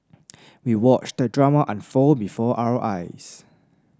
we watched the drama unfold before our eyes